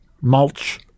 mulch